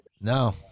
No